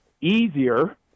easier